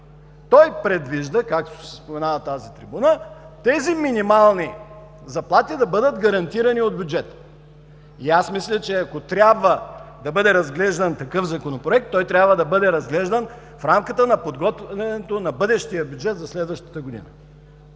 Той предвижда, както се спомена от тази трибуна, минималните заплати да бъдат гарантирани от бюджета. Аз мисля, че ако трябва да бъде разглеждан такъв Законопроект, той трябва да бъде разглеждан в рамката на подготвянето на бъдещия бюджет за следващата година.